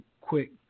quick